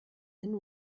and